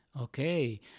okay